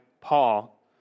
Paul